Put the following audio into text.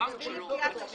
בבנק שלו, ייבדק?